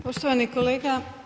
Poštovani kolega.